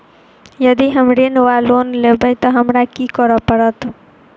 यदि हम ऋण वा लोन लेबै तऽ हमरा की करऽ पड़त?